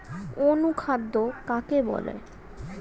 অনুখাদ্য কাকে বলে?